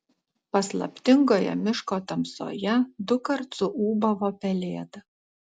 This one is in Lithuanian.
paslaptingoje miško tamsoje dukart suūbavo pelėda